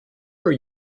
are